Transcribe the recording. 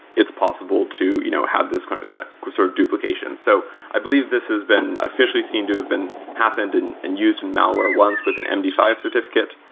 it's possible to you know have this kind of so sort of duplication. so i believe this has been officially seemed to have been happened and and used in malware once with an m d five certificate.